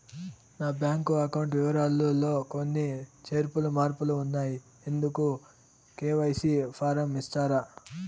నా bank account వివరాలు లో కొన్ని చేర్పులు మార్పులు ఉన్నాయి, ఇందుకు కె.వై.సి ఫారం ఇస్తారా?